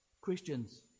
Christians